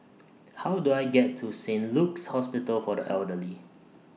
How Do I get to Saint Luke's Hospital For The Elderly